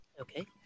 Okay